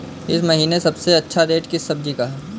इस महीने सबसे अच्छा रेट किस सब्जी का है?